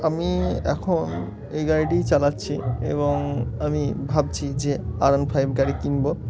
আমি এখন এই গাড়িটিই চালাচ্ছি এবং আমি ভাবছি যে আর এরোন ফাইভ গাড়ি কিনবো